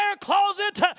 closet